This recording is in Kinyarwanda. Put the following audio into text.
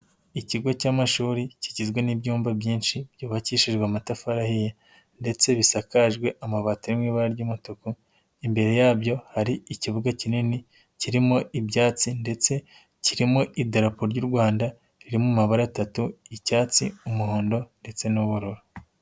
Ikigo cy'amashuri kigizwe n'ibyumba byinshi byubakishijwe amatafarihi ahiye ndetse bisakajwe amabati ari mu ibara ry'umutuku, imbere yabyo hari ikibuga kinini kirimo ibyatsi ndetse kirimo idarapo ry'u Rwanda ririmo amabara atatu: icyatsi, umuhondo ndetse n'ubururu.